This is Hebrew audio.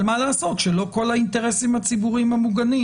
אבל מה לעשות שלא בכל האינטרסים הציבוריים המוגנים